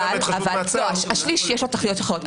לא, לשליש יש תכליות אחרות.